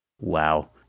Wow